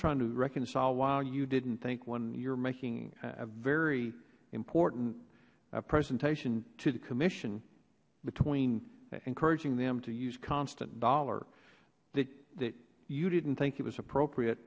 trying to reconcile while you didn't think when you're making a very important presentation to the commission between encouraging them to use constant dollar that you didn't think it was appropriate